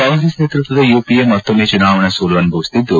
ಕಾಂಗ್ರೆಸ್ ನೇತೃತ್ವದ ಯುಪಿಎ ಮತ್ತೊಮ್ಮೆ ಚುನಾವಣಾ ಸೋಲು ಅನುಭವಿಸುತ್ತಿದ್ದು